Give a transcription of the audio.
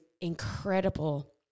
incredible